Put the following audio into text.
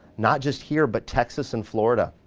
not just here but texas and florida,